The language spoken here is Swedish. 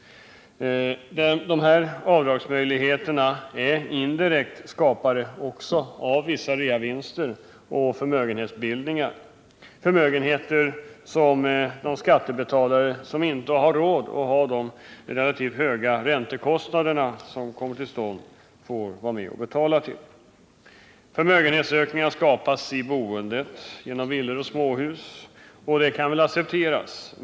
Dessa avdragsmöjligheter är indirekt skapare av vissa reavinster och förmögenhetsbildningar, förmögenheter som de skattebetalare som inte har råd att ha de relativt höga räntekostnaderna får vara med och betala till. Förmögenhetsökningarna skapas i boendet, genom villor och småhus, och det kan väl accepteras.